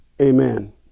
Amen